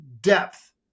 depth